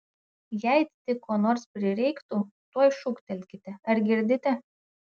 jei tik ko nors prireiktų tuoj šūktelkite ar girdite